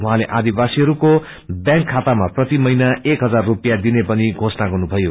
उहाँले आदिवासीहरूको व्यांक खातामा प्रति महिना एक हजार स्पियाँ दिने पनि घोषणा गर्नुभयो